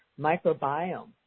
microbiome